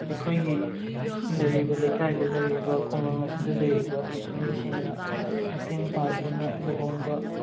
ꯑꯩꯈꯣꯏꯒꯤ ꯂꯩꯔꯤꯕ ꯂꯩꯀꯥꯏꯗ ꯂꯩꯔꯤꯕ ꯈꯨꯡꯒꯪ ꯑꯁꯤꯗ ꯂꯩꯔꯤꯕ ꯃꯤꯑꯣꯏꯁꯤꯡꯅ ꯃꯇꯦꯡ ꯄꯥꯡꯗꯨꯅ ꯂꯨꯍꯣꯡꯕ